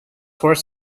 horse